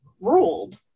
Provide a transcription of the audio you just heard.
ruled